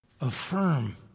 affirm